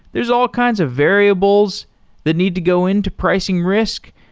there's all kinds of variables that need to go into pricing risk.